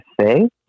say